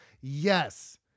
Yes